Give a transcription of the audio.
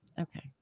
Okay